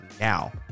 Now